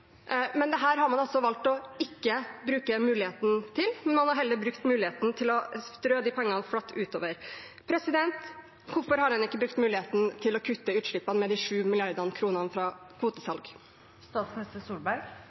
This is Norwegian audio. Men dette har man altså valgt ikke å bruke muligheten til, man har heller brukt muligheten til å strø de pengene flatt utover. Hvorfor har man ikke brukt muligheten til å kutte utslippene med de 7 mrd. kr fra